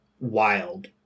wild